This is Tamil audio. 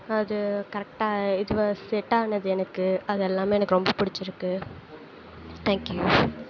அது கரெக்டாக இதுவாக செட் ஆனது எனக்கு அது எல்லாமே எனக்கு ரொம்ப பிடிச்சியிருக்கு தேங்க்யூ